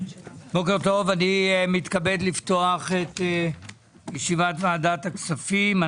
בוקר טוב, אני מתכבד לפתוח את ישיבת ועדת הכספים.